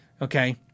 okay